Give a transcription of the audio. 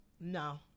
No